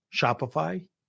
shopify